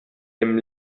dem